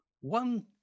one